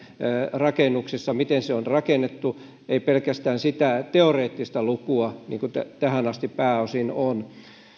rakennuksissa miten ne on rakennettu ei pelkästään sitä teoreettista lukua niin kuin tähän asti pääosin on katsottu